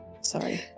Sorry